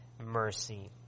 mercy